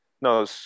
no